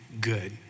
good